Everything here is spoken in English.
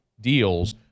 deals